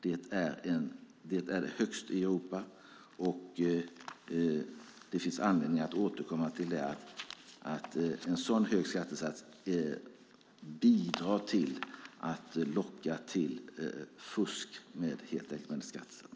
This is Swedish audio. Det är högst i Europa, och det finns anledning att återkomma till att en sådan hög skattesats bidrar till att locka till fusk med skatten.